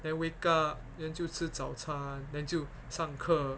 then wake up then 就吃早餐 then 就上课